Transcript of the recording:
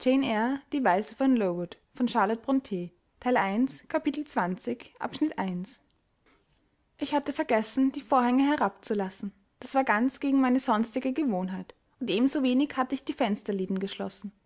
ich hatte vergessen die vorhänge herabzulassen das war ganz gegen meine sonstige gewohnheit und ebenso wenig hatte ich die fensterladen geschlossen